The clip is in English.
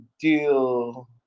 deal